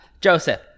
Joseph